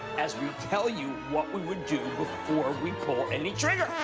as we tell you what we would do before we pull any trigger.